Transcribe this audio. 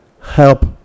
Help